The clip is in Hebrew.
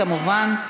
כמובן,